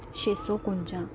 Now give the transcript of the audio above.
छे सौ कुंजा